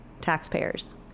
taxpayers